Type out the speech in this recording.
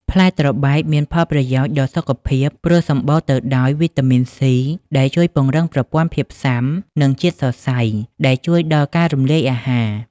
ផ្លែត្របែកមានផល់ប្រយោជន៍ដល់សុខភាព ព្រោះសម្បូរទៅដោយ វីតាមីន សុី ដែលជួយពង្រឹងប្រព័ន្ធភាពស៊ាំ និង ជាតិសរសៃ ដែលជួយដល់ការរំលាយអាហារ។